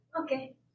Okay